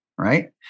right